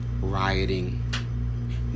rioting